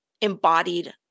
embodied